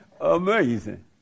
Amazing